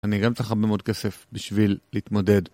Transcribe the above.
אני גם צריך הרבה מאוד כסף, בשביל להתמודד.